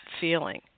feeling